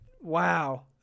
Wow